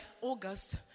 August